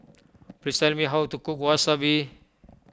please tell me how to cook Wasabi